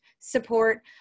support